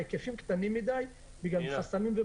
ההיקפים קטנים מדי בגלל חסמים.